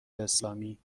اسلامی